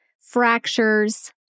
fractures